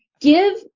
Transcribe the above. give